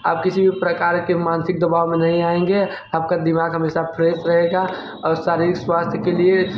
आप किसी भी प्रकार के मानसिक दबाव में नहीं आएंगे आपका दिमाग हमेशा फ़्रेश रहेगा और शारीरिक स्वास्थय के लिए